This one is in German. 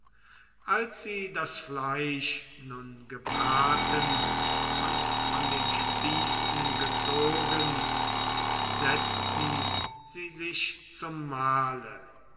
als sie das fleisch nun gebraten und von den spießen gezogen setzten sie sich zum mahle